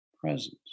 presence